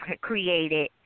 created